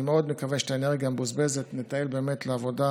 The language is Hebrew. אני מאוד מקווה שאת האנרגיה המבוזבזת נתעל באמת לעבודה